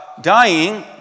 dying